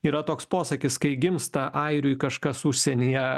yra toks posakis kai gimsta airiui kažkas užsienyje